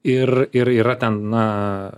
ir ir yra ten na